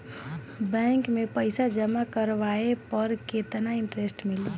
Bank में पईसा जमा करवाये पर केतना इन्टरेस्ट मिली?